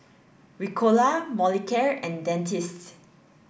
Ricola Molicare and Dentiste